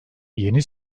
yeni